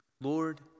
Lord